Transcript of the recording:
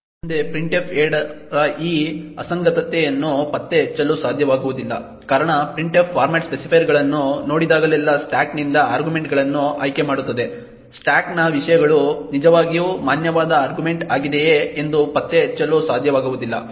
ಮುಂದೆ printf 2 ಈ ಅಸಂಗತತೆಯನ್ನು ಪತ್ತೆಹಚ್ಚಲು ಸಾಧ್ಯವಾಗುವುದಿಲ್ಲ ಕಾರಣ printf ಫಾರ್ಮ್ಯಾಟ್ ಸ್ಪೆಸಿಫೈಯರ್ಗಳನ್ನು ನೋಡಿದಾಗಲೆಲ್ಲ ಸ್ಟಾಕ್ನಿಂದ ಆರ್ಗ್ಯುಮೆಂಟ್ಗಳನ್ನು ಆಯ್ಕೆಮಾಡುತ್ತದೆ ಸ್ಟಾಕ್ನ ವಿಷಯಗಳು ನಿಜವಾಗಿಯೂ ಮಾನ್ಯವಾದ ಆರ್ಗ್ಯುಮೆಂಟ್ ಆಗಿದೆಯೇ ಎಂದು ಪತ್ತೆಹಚ್ಚಲು ಸಾಧ್ಯವಾಗುವುದಿಲ್ಲ